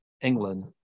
England